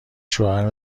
شوهر